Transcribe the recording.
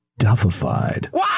duffified